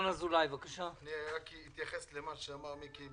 אני רק אתייחס למה שאמר מיקי.